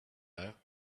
know